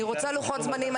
אני רוצה לוחות זמנים,